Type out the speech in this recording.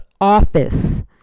office